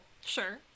Sure